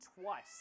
twice